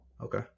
okay